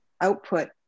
output